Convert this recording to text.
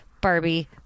Barbie